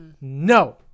No